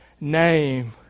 name